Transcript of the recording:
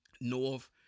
North